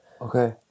Okay